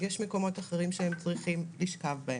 יש מקומות אחרים שהם צריכים לשכב בהם.